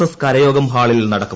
S കരയോഗം ഹാളിൽ നടക്കും